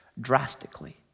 drastically